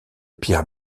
pierre